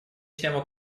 тему